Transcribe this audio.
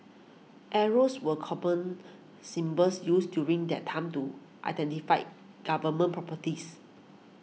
arrows were common symbols used during that time to identify Government properties